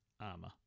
armor